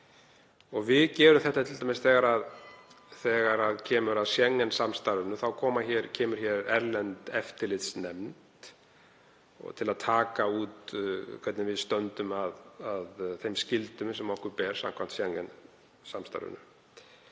Við gerum þetta t.d. þegar kemur að Schengen-samstarfinu. Þá kemur hér erlend eftirlitsnefnd til að taka út hvernig við stöndum að þeim skyldum sem okkur ber samkvæmt Schengen-samstarfinu.